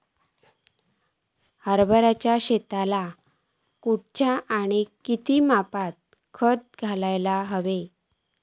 हरभराच्या शेतात खयचा आणि केवढया मापात खत घालुक व्हया?